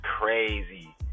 crazy